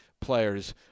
players